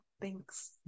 thanks